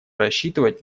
рассчитывать